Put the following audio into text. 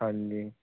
ਹਾਂਜੀ